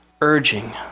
urging